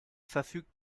verfügt